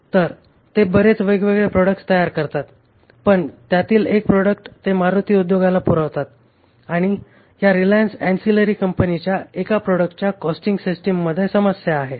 तरते बरेच वेगवेगळे प्रॉडक्ट्स तयार करतात पण त्यातील एक प्रॉडक्ट ते मारुती उद्योगाला पुरवतात आणि ह्या रिलायन्स अँसिलरी कंपनीच्या एका प्रॉडक्टच्या कॉस्टिंग सिस्टिममध्ये समस्या आहे